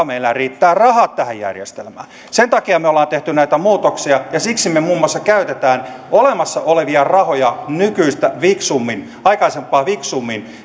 meillä rahat riittävät tähän järjestelmään sen takia me olemme tehneet näitä muutoksia ja siksi me muun muassa käytämme olemassa olevia rahoja nykyistä fiksummin aikaisempaa fiksummin